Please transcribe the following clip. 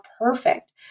perfect